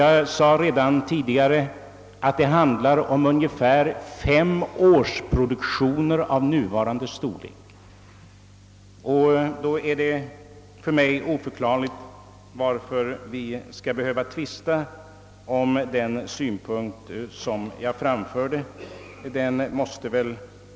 Jag sade förut att det motsvarar ungefär fem årsproduktioner av nuvarande storlek, och det är för mig oförklarligt att vi skall behöva tvista om den synpunkt som jag framförde.